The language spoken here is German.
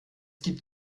gibt